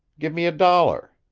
give me a dollar.